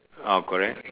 oh correct